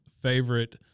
favorite